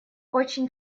очень